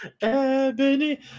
Ebony